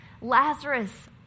Lazarus